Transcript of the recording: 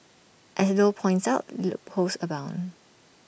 as low points out loopholes abound